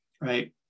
right